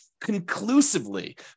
conclusively